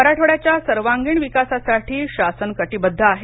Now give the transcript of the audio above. मराठवाड्याच्या सर्वांगिण विकासासाठी शासन कटीबद्ध आहे